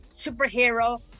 superhero